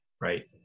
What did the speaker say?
Right